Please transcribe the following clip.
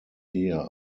here